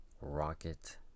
rocket